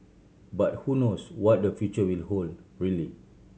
but who knows what the future will hold really